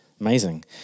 amazing